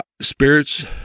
spirits